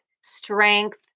strength